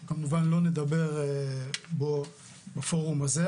שכמובן לא נדבר עליו בפורום הזה,